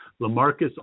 LaMarcus